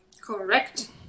Correct